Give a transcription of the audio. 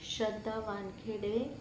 Shraddha Wankhede